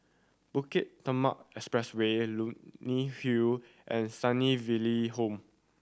Bukit Timah Expressway Leonie Hill and Sunnyville Home